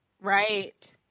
right